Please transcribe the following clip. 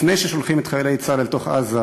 לפני ששולחים את חיילי צה"ל אל תוך עזה,